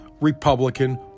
Republican